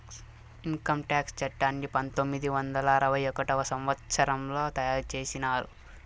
income tax చట్టాన్ని పంతొమ్మిది వందల అరవై ఒకటవ సంవచ్చరంలో తయారు చేసినారు